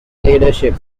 leadership